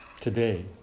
today